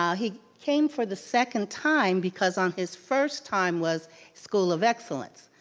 um he came for the second time because on his first time was school of excellence.